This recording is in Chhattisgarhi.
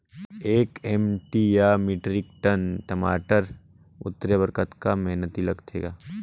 एक एम.टी या मीट्रिक टन टमाटर उतारे बर कतका मेहनती लगथे ग?